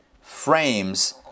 frames